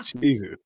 Jesus